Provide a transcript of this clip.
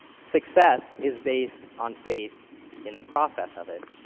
success is based on faith in the process of it.